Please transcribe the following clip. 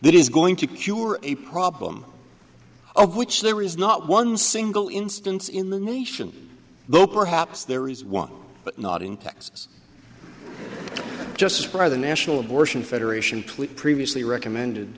is going to cure a problem of which there is not one single instance in the nation though perhaps there is one but not in texas just as for the national abortion federation please previously recommended